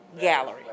gallery